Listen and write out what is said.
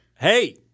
Hey